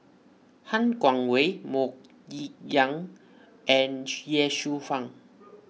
Han Guangwei Mok Ying Jang and Ye Shufang